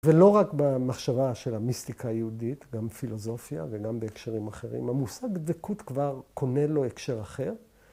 ‫ולא רק במחשבה של המיסטיקה ‫היהודית, גם פילוסופיה ‫וגם בהקשרים אחרים, ‫המושג דקות כבר קונה לו הקשר אחר.